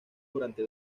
durante